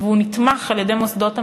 והוא נתמך על-ידי מוסדות המדינה.